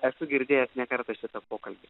esu girdėjęs ne kartą šitą pokalbį